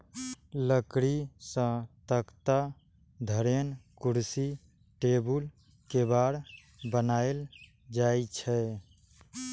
लकड़ी सं तख्ता, धरेन, कुर्सी, टेबुल, केबाड़ बनाएल जाइ छै